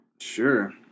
Sure